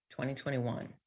2021